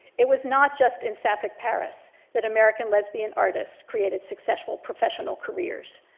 it was not just in sapphic paris that american lesbian artists created successful professional careers.